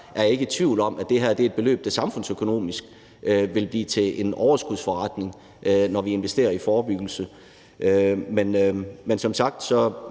er jeg ikke i tvivl om, at det her er et beløb, der samfundsøkonomisk vil blive til en overskudsforretning, når vi investerer i forebyggelse. Men som sagt